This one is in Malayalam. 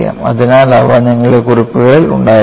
അതിനാൽ അവ നിങ്ങളുടെ കുറിപ്പുകളിൽ ഉണ്ടായിരിക്കണം